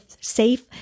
safe